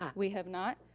um we have not.